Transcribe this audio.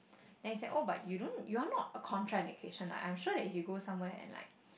then he said oh but you don't you are not a contraindication I'm sure if you go somewhere and like